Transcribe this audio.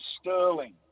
Sterling